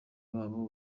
babo